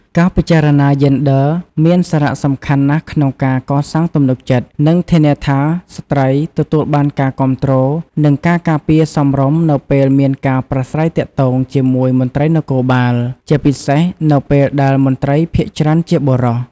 ការពិចារណាយេនឌ័រមានសារៈសំខាន់ណាស់ក្នុងការកសាងទំនុកចិត្ត និងធានាថា ស្ត្រីទទួលបានការគាំទ្រ និងការការពារសមរម្យនៅពេលមានការប្រាស្រ័យទាក់ទងជាមួយមន្ត្រីនគរបាល ជាពិសេសនៅពេលដែលមន្ត្រីភាគច្រើនជាបុរស។